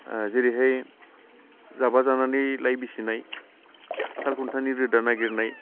जेरैहाय जाबा जानानै लाइ बिसिनाय साल खुन्थानि रोदा नागिरनाय